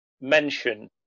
mention